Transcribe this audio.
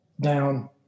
down